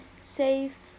safe